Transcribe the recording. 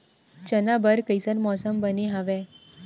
चना बर कइसन मौसम बने हवय?